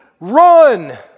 Run